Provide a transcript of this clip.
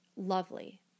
lovely